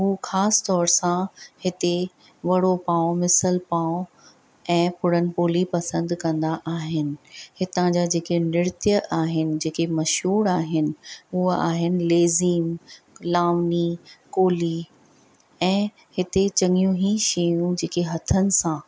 हूअ ख़ासि तौरु सां हिते वड़ो पाओ मिसल पाओ ऐं पूरण पोली पसंदि कंदा आहिनि हितां जा जेके नृत्य आहिनि जेके मशहूरु आहिनि उहे आहिनि लेज़ीन लाउनी कोली ऐं हिते चंङीयूं ई शयूं जेके हथनि सां